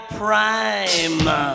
prime